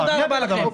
תודה רבה לכם.